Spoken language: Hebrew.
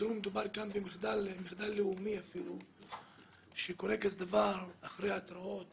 מדובר במחדל לאומי שקורה אחרי התרעות